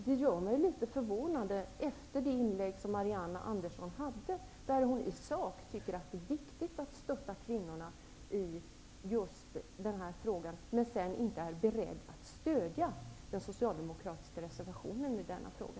Det gjorde mig litet förvånad att Marianne Andersson i sitt inlägg sade att hon tycker att det i sak är viktigt att stödja kvinnorna, samtidigt som hon inte är beredd att stödja den socialdemokratiska reservationen i denna fråga.